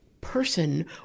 person